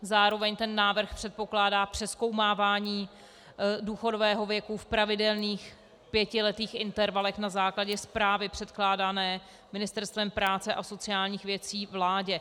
Zároveň ten návrh předpokládá přezkoumávání důchodového věku v pravidelných pětiletých intervalech na základě zprávy předkládané Ministerstvem práce a sociálních věcí vládě.